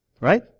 Right